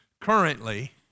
currently